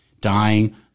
dying